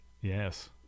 Yes